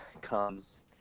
comes